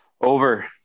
Over